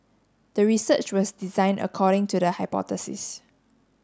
the research was designed according to the hypothesis